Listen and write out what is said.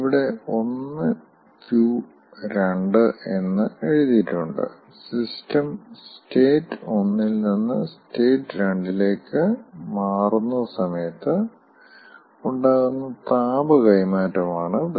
ഇവിടെ 1Q2 എന്ന് എഴുതിയിട്ടുണ്ട് സിസ്റ്റം സ്റ്റേറ്റ് 1 ൽ നിന്ന് സ്റ്റേറ്റ് 2 ലേക്ക് മാറുന്ന സമയത്ത് ഉണ്ടാകുന്ന താപ കൈമാറ്റം ആണ് അത്